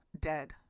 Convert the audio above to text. dead